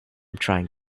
trying